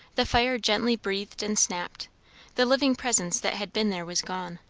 the fire gently breathed and snapped the living presence that had been there was gone.